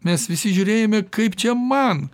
mes visi žiūrėjome kaip čia man